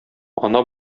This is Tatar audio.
ана